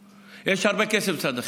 החינוך, יש הרבה כסף במשרד החינוך.